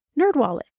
Nerdwallet